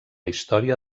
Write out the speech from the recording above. història